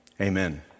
Amen